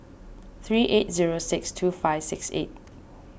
three eight zero six two five six eight